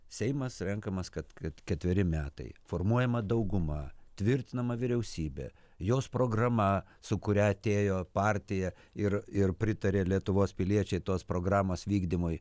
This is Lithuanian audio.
seimas renkamas kad kad ketveri metai formuojama dauguma tvirtinama vyriausybė jos programa su kuria atėjo partija ir ir pritarė lietuvos piliečiai tos programos vykdymui